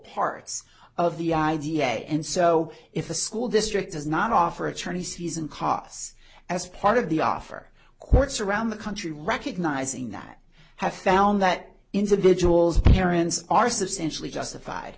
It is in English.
parts of the idea and so if the school district does not offer attorneys fees and costs as part of the offer courts around the country recognizing that have found that individuals parents are substantially justified